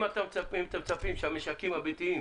אם אתם מצפים שהמשקים הביתיים